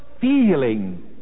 feeling